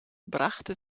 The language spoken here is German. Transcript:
brachte